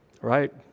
Right